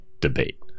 debate